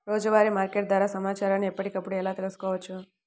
రోజువారీ మార్కెట్ ధర సమాచారాన్ని ఎప్పటికప్పుడు ఎలా తెలుసుకోవచ్చు?